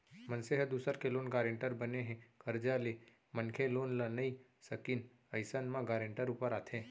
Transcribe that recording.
मनसे ह दूसर के लोन गारेंटर बने हे, करजा ले मनखे लोन ल नइ सकिस अइसन म गारेंटर ऊपर आथे